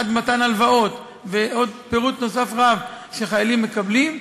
עד מתן הלוואות ועוד פירוט נוסף רב שחיילים מקבלים,